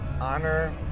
honor